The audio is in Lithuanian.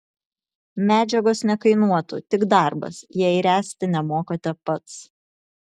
medžiagos nekainuotų tik darbas jei ręsti nemokate pats